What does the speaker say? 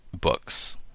books